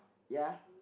ya